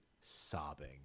sobbing